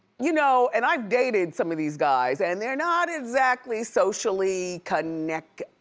you know and i've dated some of these guys, and they're not exactly socially connected,